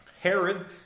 Herod